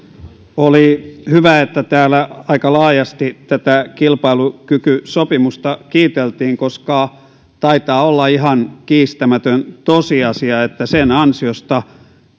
oli hyvä että täällä aika laajasti kilpailukykysopimusta kiiteltiin koska taitaa olla ihan kiistämätön tosiasia että sen ansiosta